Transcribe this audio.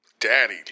daddy